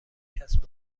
کسب